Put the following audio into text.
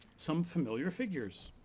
some familiar figures.